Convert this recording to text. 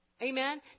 Amen